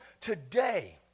today